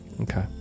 Okay